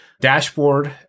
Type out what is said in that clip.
dashboard